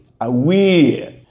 aware